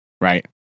Right